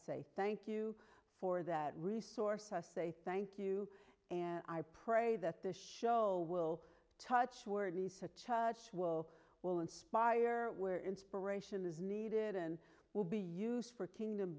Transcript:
say thank you for that resource essay thank you and i pray that this show will touch where the such a will will inspire where inspiration is needed and will be use for tin